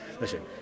listen